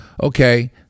Okay